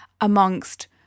amongst